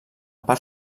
part